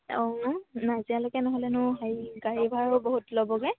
অঁ ন নাজিৰালৈকে নহ'লেনো হেৰি গাড়ী ভাড়া বহুত ল'বগৈ